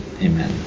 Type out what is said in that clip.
Amen